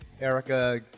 Erica